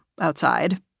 outside